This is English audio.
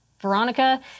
Veronica